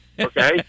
Okay